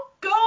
go